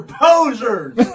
posers